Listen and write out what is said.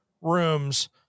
rooms